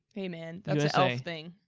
hey man, that's an elf thing.